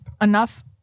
enough